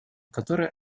которое